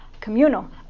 communal